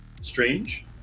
strange